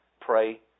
pray